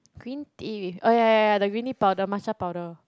green tea with oh ya ya ya the green tea powder matcha powder